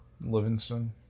Livingston